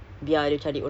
bu~